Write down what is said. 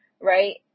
right